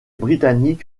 britanniques